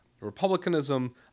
republicanism